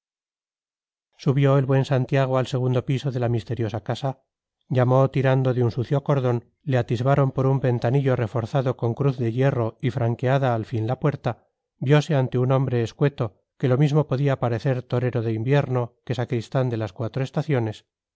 subió el buen santiago al segundo piso de la misteriosa casa llamó tirando de un sucio cordón le atisbaron por un ventanillo reforzado con cruz de hierro y franqueada al fin la puerta viose ante un hombre escueto que lo mismo podía parecer torero de invierno que sacristán de las cuatro estaciones